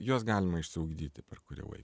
juos galima išsiugdyti per kurį laiką